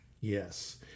Yes